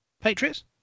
Patriots